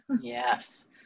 yes